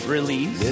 Release